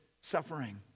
suffering